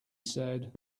said